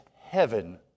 heaven